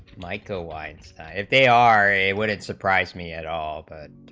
michael weinstein if they are a wouldn't surprise me at all, but to